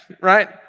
right